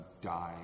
die